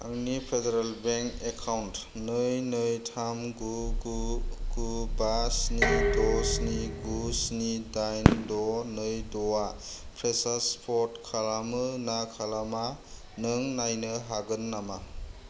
आंनि फेडारेल बेंक एकाउन्ट नै नै थाम गु गु गु बा स्नि द' स्नि गु स्नि डाइन द' नै द'आ फ्रिसार्ज स्पर्ट खालामो ना खालामा नों नायनो हागोन नामा